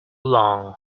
long